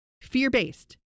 Fear-based